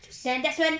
then that's when